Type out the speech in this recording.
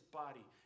body